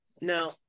Now